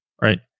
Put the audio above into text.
Right